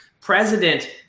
president